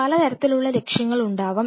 പലതരത്തിലുള്ള ലക്ഷ്യങ്ങൾ ഉണ്ടാവാം